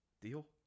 Deal